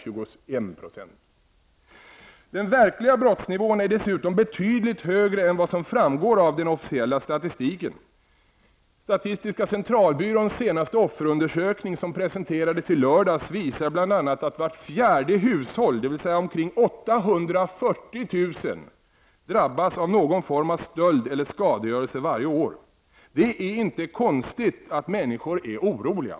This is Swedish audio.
Den verkliga brottsnivån är dessutom betydligt högre än den som framgår av den officiella statistiken. Statistiska centralbyråns senaste offerundersökning, som presenterades i lördags, visar bl.a. att vart fjärde hushåll, dvs. omkring 840 000 hushåll, varje år drabbas av någon form av stöld eller skadegörelse. Det är inte konstigt att människor är oroliga.